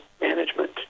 management